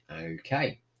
okay